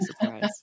surprise